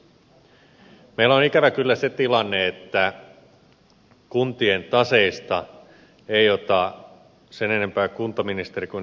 meillä on ikävä kyllä se tilanne että kuntien taseista ei ota sen enempää kuntaministeri kuin erkkikään selvää